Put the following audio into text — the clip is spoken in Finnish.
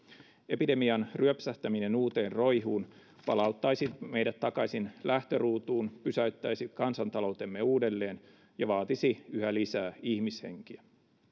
epidemian ryöpsähtäminen uuteen roihuun palauttaisi meidät takaisin lähtöruutuun pysäyttäisi kansantaloutemme uudelleen ja vaatisi yhä lisää ihmishenkiä